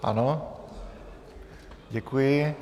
Ano, děkuji.